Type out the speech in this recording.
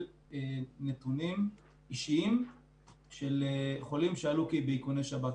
נתונים אישיים של חולים שעלו באיכוני שב"כ,